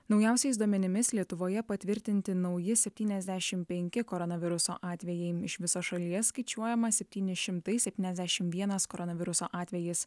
naujausiais duomenimis lietuvoje patvirtinti nauji septyniasdešim penki koronaviruso atvejai iš viso šalyje skaičiuojama septyni šimtai septyniasdešim vienas koronaviruso atvejis